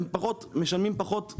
הם משלמים פחות.